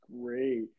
great